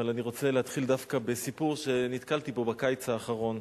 אבל אני רוצה להתחיל דווקא בסיפור שנתקלתי בו בקיץ האחרון.